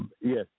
Yes